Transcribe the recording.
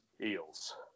Eels